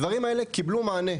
הדברים האלה קיבלו מענה,